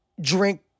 drink